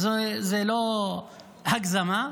זו לא הגזמה,